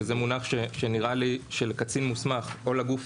שזה מונח שנראה לי שלקצין מוסמך או הגוף